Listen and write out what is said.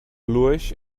lurch